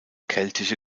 keltische